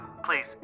Please